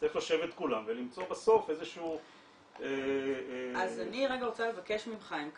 צריך לשבת כולם ולמצוא בסוף איזה שהוא --- אני רוצה לבקש ממך אם כך,